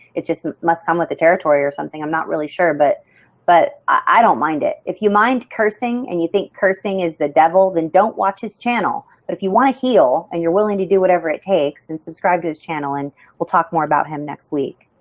just that must come with the territory or something i'm not really sure but but i don't mind it. if you mind cursing and you think cursing is the devil, then don't watch his channel. but, if you want to heal and you're willing to do whatever it takes, and subscribe to his channel and we'll talk more about him next week.